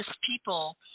people